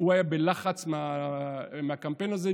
הוא היה בלחץ מהקמפיין הזה.